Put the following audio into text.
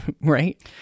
Right